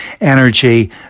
energy